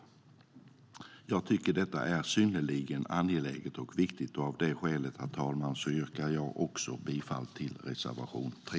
Jag tycker att detta är synnerligen angeläget, och av det skälet, herr talman, yrkar också jag bifall till reservation 3.